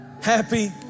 Happy